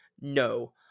no